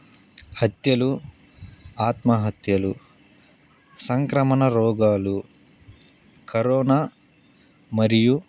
హత్యలు ఆత్మహత్యలు సంక్రమణ రోగాలు కరోనా మరియు